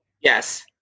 Yes